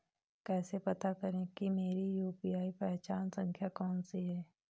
कैसे पता करें कि मेरी यू.पी.आई पहचान संख्या कौनसी है?